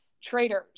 traders